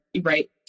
right